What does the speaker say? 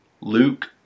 Luke